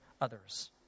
others